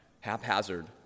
haphazard